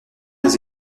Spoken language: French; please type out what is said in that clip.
les